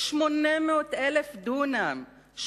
800,000 דונם,